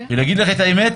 להגיד לך את האמת?